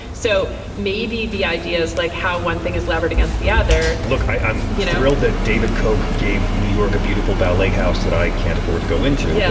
so maybe the ideas like how one thing is levered against the other look i'm you know thrilled that david coke gave new york a beautiful ballet house that i can't afford to go into.